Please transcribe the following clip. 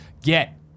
Get